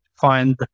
find